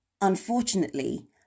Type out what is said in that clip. Unfortunately